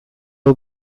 hau